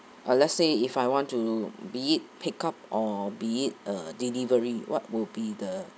uh let's say if I want to be it picked up or be it a delivery what will be the